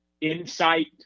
insight